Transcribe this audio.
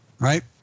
right